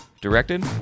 directed